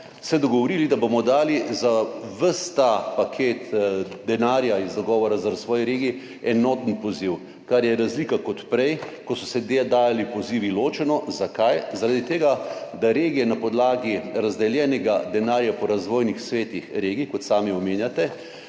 dogovorili, da bomo dali za ves ta paket denarja iz dogovora za razvoj regij enoten poziv, kar je razlika od prej, ko so se dajali pozivi ločeno. Zakaj? Zaradi tega, da regije na podlagi razdeljenega denarja po razvojnih svetih regij, kot sami omenjate,